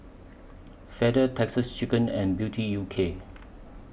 Feather Texas Chicken and Beauty U K